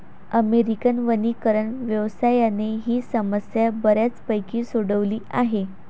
American वनीकरण व्यवसायाने ही समस्या बऱ्यापैकी सोडवली आहे